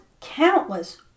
countless